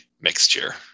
mixture